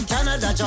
Canada